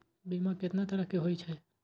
बीमा केतना तरह के हाई छै?